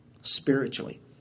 spiritually